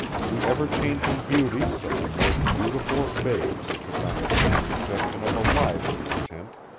the ever-changing beauties of the most beautiful of bays took on the faint suggestion of a livelier tint,